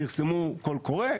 פרסמו קול קורא,